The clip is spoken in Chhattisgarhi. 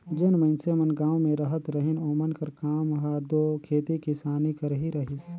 जेन मइनसे मन गाँव में रहत रहिन ओमन कर काम हर दो खेती किसानी कर ही रहिस